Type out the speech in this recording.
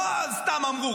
לא סתם אמרו,